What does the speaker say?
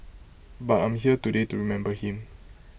but I'm here today to remember him